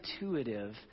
intuitive